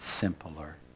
simpler